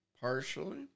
partially